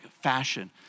fashion